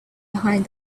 behind